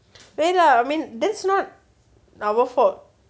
wait lah I mean that's not our fault